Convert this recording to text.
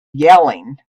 yelling